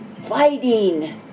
fighting